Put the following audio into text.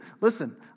listen